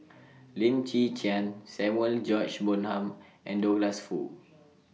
Lim Chwee Chian Samuel George Bonham and Douglas Foo